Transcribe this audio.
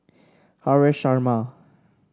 Haresh Sharma